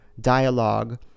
Dialogue